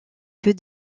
que